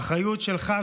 האחריות שלך,